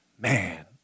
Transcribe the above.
Man